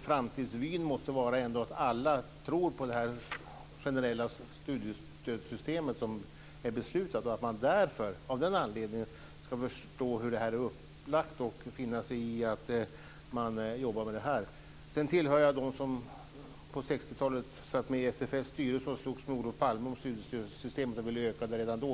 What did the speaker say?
Framtidsvyn måste ändå vara att alla tror på det generella studiestödssystem som är beslutat och att man av den anledningen förstår hur det här är upplagt, finansierat och hur man jobbar med det. Jag tillhör dem som på 60-talet satt med i SFS styrelse och slogs med Olof Palme om studiestödssystemet. Jag ville öka det redan då.